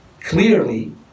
clearly